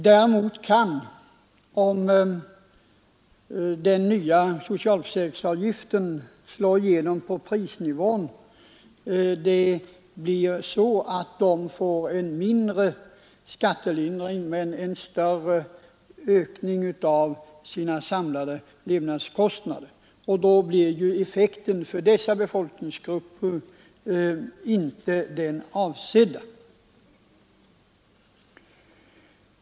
Däremot kan det, om den nya socialförsäkringsavgiften slår igenom |på prisnivån, bli så att de får en mindre skattelindring men en större ökning av sina samlade levnadskostnader. I så fall är effekten för dessa befolkningsgrupper inte den avsedda.